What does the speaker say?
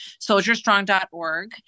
soldierstrong.org